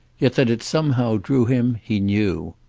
yet that it somehow drew him he knew.